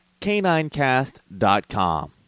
caninecast.com